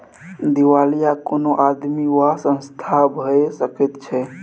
दिवालिया कोनो आदमी वा संस्था भए सकैत छै